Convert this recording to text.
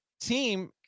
team